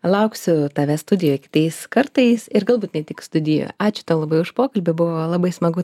lauksiu tavęs studijoj kitais kartais ir galbūt ne tik studijoje ačiū tau labai už pokalbį buvo labai smagu